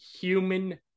human